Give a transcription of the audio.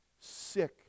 sick